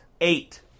Eight